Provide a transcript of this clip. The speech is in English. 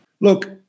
Look